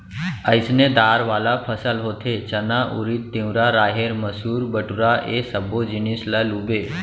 अइसने दार वाला फसल होथे चना, उरिद, तिंवरा, राहेर, मसूर, बटूरा ए सब्बो जिनिस ल लूबे